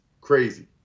crazy